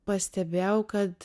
pastebėjau kad